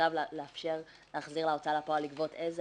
ועכשיו לאפשר להוצאה לפועל לגבות איזה